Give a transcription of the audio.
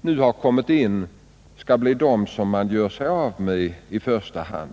nu kommit in skall bli de som man i första hand gör sig av med.